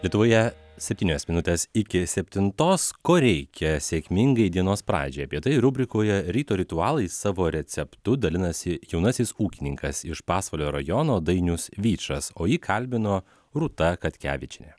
lietuvoje septynios minutės iki septintos ko reikia sėkmingai dienos pradžiai apie tai rubrikoje ryto ritualai savo receptu dalinasi jaunasis ūkininkas iš pasvalio rajono dainius vyčas o jį kalbino rūta katkevičienė